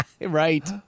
Right